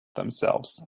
themselves